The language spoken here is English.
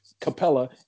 capella